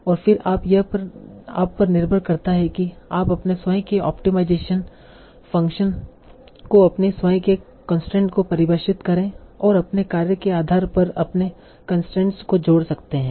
और फिर यह आप पर निर्भर करता है कि आप अपने स्वयं के ऑप्टिमाइजेशन फंक्शन को अपनी स्वयं के कंसट्रेन्स को परिभाषित करें और आप अपने कार्य के आधार पर अपने कंसट्रेन्स को जोड़ सकते हैं